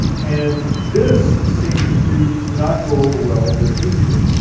and this seems to not go over well with enkidu.